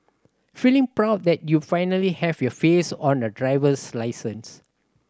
feeling proud that you finally have your face on a driver's license